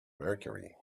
mercury